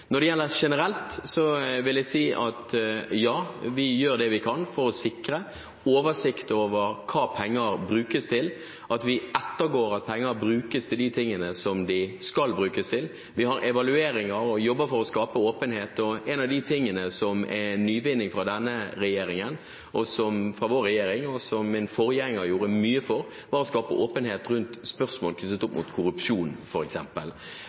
Generelt vil jeg si at vi gjør det vi kan for å sikre oversikt over hva penger brukes til, og at vi ettergår at penger brukes til det de skal brukes til. Vi har evalueringer og jobber for å skape åpenhet. En nyvinning fra vår regjering, og som min forgjenger gjorde mye for, var å skape åpenhet om spørsmål knyttet